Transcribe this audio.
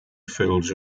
fills